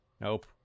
Nope